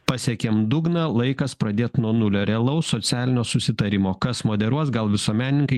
pasiekėm dugną laikas pradėt nuo nulio realaus socialinio susitarimo kas moderuos gal visuomenininkai